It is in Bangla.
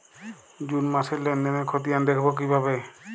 জুন মাসের লেনদেনের খতিয়ান দেখবো কিভাবে?